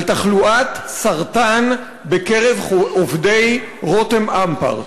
תחלואת סרטן בקרב עובדי "רותם אמפרט".